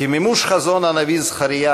כמימוש חזון הנביא זכריה: